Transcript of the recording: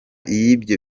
y’ibyo